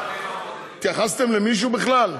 התייחסתם למישהו בכלל?